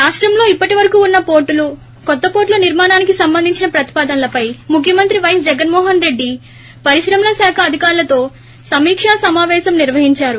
రాష్టంలో ఇప్పటి వరకు ఉన్న పోర్లులు కొత్త పోర్లుల నిర్మాణానికి సంబంధించిన ప్రతిపాదనలపై ముఖ్యమంత్రి వైన్స్ జగన్నోహన్రెడ్డి పరిశ్రమల శాఖ అధికారులతో సమీకా సమాపేశం నిర్వహించారు